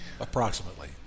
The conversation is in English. approximately